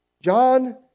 John